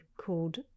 called